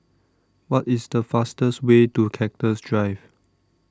What IS The fastest Way to Cactus Drive